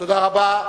תודה רבה.